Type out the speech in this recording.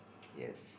yes